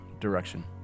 Direction